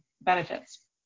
benefits